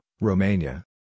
Romania